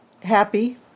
happy